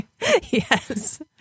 Yes